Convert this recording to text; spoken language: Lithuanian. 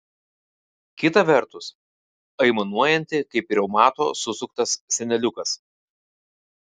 kita vertus aimanuojanti kaip reumato susuktas seneliukas